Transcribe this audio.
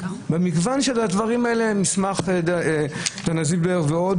והמגוון של הדברים האלה מסמך דנה זילבר ועוד